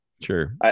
Sure